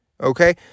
Okay